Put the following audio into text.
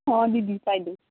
ହଁ ଦିଦି ପାଇଲି